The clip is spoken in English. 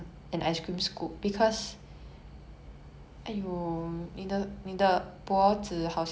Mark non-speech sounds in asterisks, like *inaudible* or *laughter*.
*laughs* *breath* just continue on with the ice cream scoop